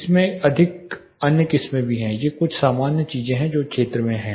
इससे अधिक अन्य किस्में भी हैं ये कुछ सामान्य चीजें हैं जो क्षेत्र में हैं